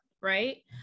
right